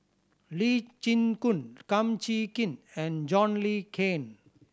Lee Chin Koon Kum Chee Kin and John Le Cain